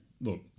Look